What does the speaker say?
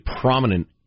prominent